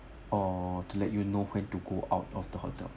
or to let you know when to go out of the hotel